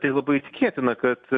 tai labai tikėtina kad